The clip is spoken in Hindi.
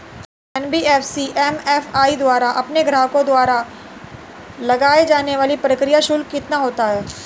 एन.बी.एफ.सी एम.एफ.आई द्वारा अपने ग्राहकों पर लगाए जाने वाला प्रक्रिया शुल्क कितना होता है?